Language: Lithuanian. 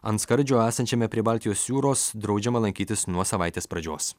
ant skardžio esančiame prie baltijos jūros draudžiama lankytis nuo savaitės pradžios